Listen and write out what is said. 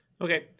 Okay